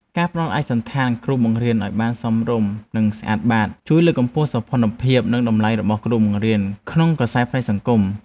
ការផ្តល់ឯកសណ្ឋានគ្រូបង្រៀនឱ្យបានសមរម្យនិងស្អាតបាតជួយលើកកម្ពស់សោភ័ណភាពនិងតម្លៃរបស់គ្រូបង្រៀនក្នុងក្រសែភ្នែកសង្គម។